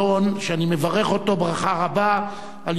שאני מברך אותו ברכה רבה על יוזמתו